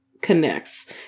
connects